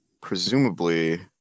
presumably